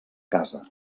casa